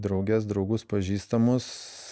drauges draugus pažįstamus